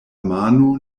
mano